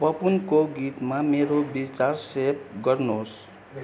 पपोनको गीतमा मेरो विचार सेभ गर्नुहोस्